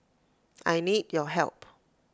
I need your help